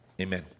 Amen